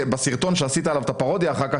בסרטון שעשית עליו את הפרודיה אחר כך,